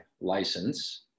license